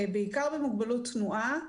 בעיקר במוגבלות תנועה,